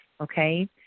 okay